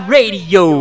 Radio